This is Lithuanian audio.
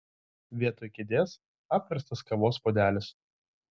vietoj kėdės apverstas kavos puodelis